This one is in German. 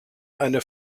eine